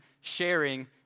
sharing